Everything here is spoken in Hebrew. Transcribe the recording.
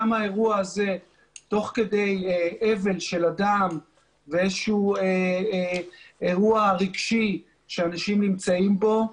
גם האירוע הזה תוך כדי אבל של אדם ואיזשהו אירוע רגשי שאנשים נמצאים בו,